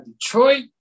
Detroit